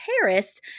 Paris